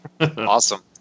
Awesome